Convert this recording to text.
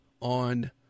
on